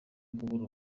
kubura